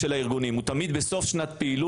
אנחנו שנים היינו בעולם המכינות השנתיות,